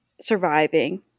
Surviving